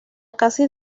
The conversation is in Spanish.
casi